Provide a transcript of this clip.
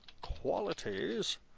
qualities